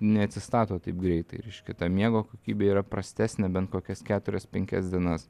neatsistato taip greitai reiškia ta miego kokybė yra prastesnė bent kokias keturias penkias dienas